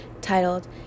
titled